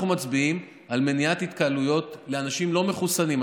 אנחנו מצביעים על מניעת התקהלויות לאנשים לא מחוסנים.